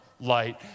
light